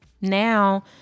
now